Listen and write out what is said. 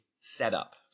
setup